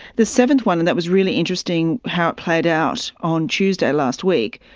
the seventh one, and that was really interesting how it played out on tuesday last week,